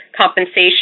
compensation